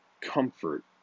comfort